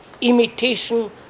imitation